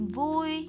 vui